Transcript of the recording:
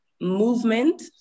movement